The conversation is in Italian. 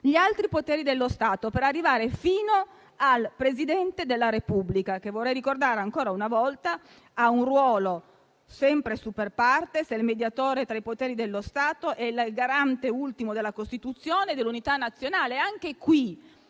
gli altri poteri dello Stato, per arrivare fino al Presidente della Repubblica, che - vorrei ricordarlo ancora una volta - ha un ruolo sempre *super partes*, di mediatore tra i poteri dello Stato e di garante ultimo della Costituzione e dell'unità nazionale. Anche qui,